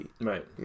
right